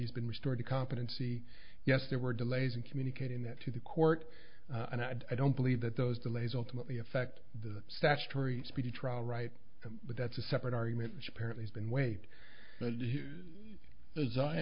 he's been restored to competency yes there were delays in communicating that to the court and i don't believe that those delays ultimately affect the statutory speedy trial right but that's a separate argument which apparently is been w